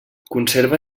conserva